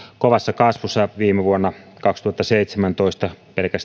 kovassa kasvussa pelkästään viime vuonna kaksituhattaseitsemäntoista